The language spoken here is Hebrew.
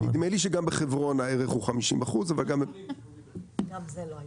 נדמה לי שגם בחברון הערך הוא 50% אבל גם -- לא אבל